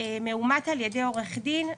מאומת על-ידי עורך דין,